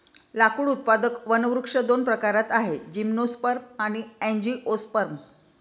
लाकूड उत्पादक वनवृक्ष दोन प्रकारात आहेतः जिम्नोस्पर्म आणि अँजिओस्पर्म